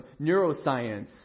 neuroscience